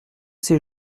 ces